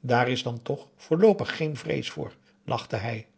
daar is dan toch voorloopig geen vrees voor lachte hij